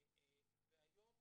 והיום,